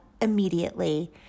immediately